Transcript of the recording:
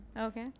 okay